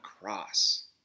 cross